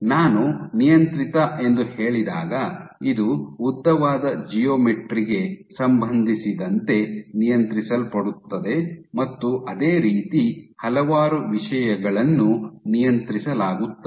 ನಾನು ನಿಯಂತ್ರಿತ ಎಂದು ಹೇಳಿದಾಗ ಇದು ಉದ್ದವಾದ ಜಿಯೋಮೆಟ್ರಿ ಗೆ ಸಂಬಂಧಿಸಿದಂತೆ ನಿಯಂತ್ರಿಸಲ್ಪಡುತ್ತದೆ ಮತ್ತು ಅದೇ ರೀತಿ ಹಲವಾರು ವಿಷಯಗಳನ್ನು ನಿಯಂತ್ರಿಸಲಾಗುತ್ತದೆ